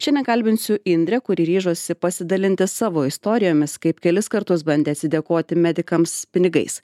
šiandien kalbinsiu indrę kuri ryžosi pasidalinti savo istorijomis kaip kelis kartus bandė atsidėkoti medikams pinigais